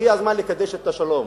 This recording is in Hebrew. הגיע הזמן לקדש את השלום,